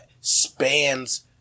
spans